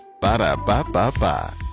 Ba-da-ba-ba-ba